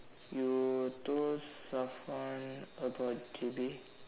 you told Safwan about J_B